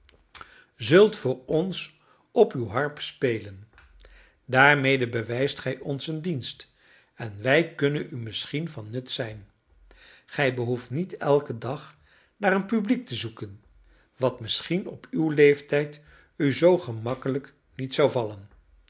zult voor ons op uw harp spelen daarmede bewijst gij ons een dienst en wij kunnen u misschien van nut zijn gij behoeft niet elken dag naar een publiek te zoeken wat misschien op uw leeftijd u zoo gemakkelijk niet zou vallen